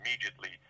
immediately